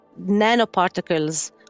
Nanoparticles